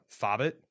fobbit